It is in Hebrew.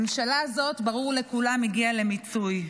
הממשלה הזאת, ברור לכולם, הגיעה למיצוי.